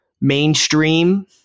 mainstream